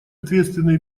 ответственное